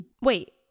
Wait